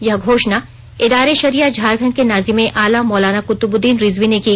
यह घोषणा एदार ए सरिया झारखंड के नाजिम ए आला मौलाना कृतुब्दीन रिजवी ने की